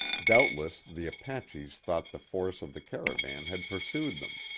doubtless the apaches thought the force of the caravan had pursued them.